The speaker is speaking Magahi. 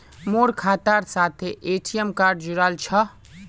मोर खातार साथे ए.टी.एम कार्ड जुड़ाल छह